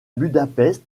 budapest